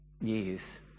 years